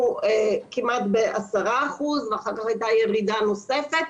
כמעט ב-10% ואחר כך הייתה ירידה נוספת.